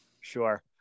Sure